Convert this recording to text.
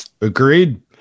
Agreed